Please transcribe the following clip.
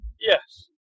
Yes